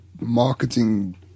marketing